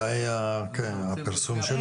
מתי הפרסום שלו?